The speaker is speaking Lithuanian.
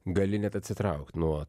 gali net atsitraukt nuo